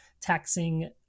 taxing